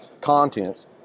contents